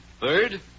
Third